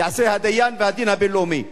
יעשה הדיין והדין הבין-לאומי.